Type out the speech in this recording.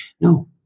no